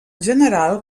general